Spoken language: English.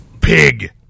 pig